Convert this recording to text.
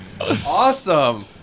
awesome